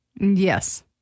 Yes